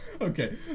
Okay